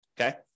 Okay